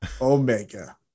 Omega